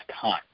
time